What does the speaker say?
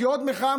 כאות מחאה,